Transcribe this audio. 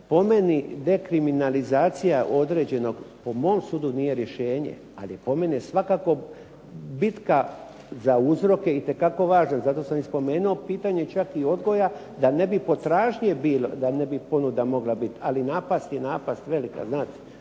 Po meni dekriminalizacija određenog po mom sudu nije rješenje ali je po meni svakako bitka za uzroke itekako važna. Zato sam i spomenuo pitanje čak i odgoja da ne bi potražnje bilo da ne bi ponuda mogla biti, ali napast je napast velika.